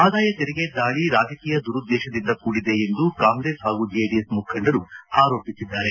ಆದಾಯ ತೆರಿಗೆ ದಾಳಿ ರಾಜಕೀಯ ದುರುದ್ದೇಶದಿಂದ ಕೂಡಿದೆ ಎಂದು ಕಾಂಗ್ರೆಸ್ ಹಾಗೂ ಜೆಡಿಎಸ್ ಮುಖಂಡರು ಆರೋಪಿಸಿದ್ದಾರೆ